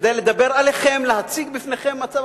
כדי לדבר אליכם, להציג בפניכם מצב.